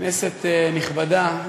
כנסת נכבדה,